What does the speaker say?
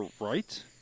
right